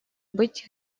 быть